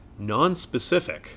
nonspecific